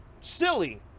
silly